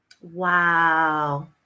Wow